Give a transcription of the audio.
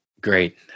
great